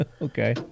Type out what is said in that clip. Okay